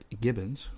Gibbons